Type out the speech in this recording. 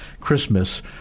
Christmas